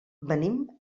venim